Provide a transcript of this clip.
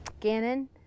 Gannon